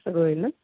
सगळं होईल ना